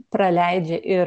praleidžia ir